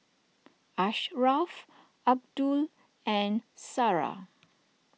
Ashraf Abdul and Sarah